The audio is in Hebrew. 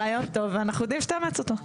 רעיון טוב ואנחנו יודעים שתאמץ אותו.